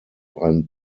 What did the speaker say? ein